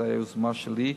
זו היתה יוזמה שלי,